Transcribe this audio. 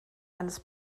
eines